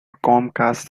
comcast